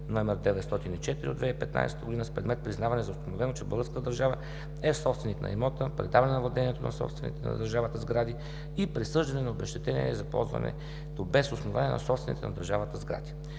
дело № 904 от 2015 г. с предмет признаване за установено, че българската държава е собственик на имота, предаване на владението на собствените на държавата сгради и присъждане на обезщетение за ползване без основания на собствените на държавата сгради.